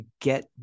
get